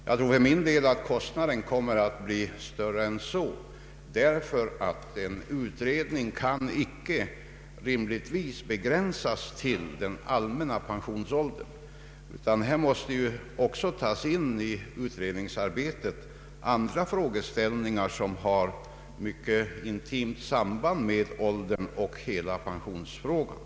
Jag tror för min del att kostnaden kommer att bli större än så, ty en utredning kan icke rimligtvis begränsas till den allmänna pensionsåldern. Här måste ju också i utredningsarbetet ingå andra frågeställningar, som har mycket intimt samband med åldern och hela pensionsfrågan.